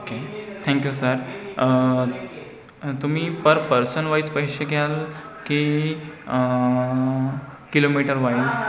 okay thank you sir तुम्ही पर personwise पैसे घ्याल की किलोमीटरवाईज